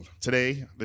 today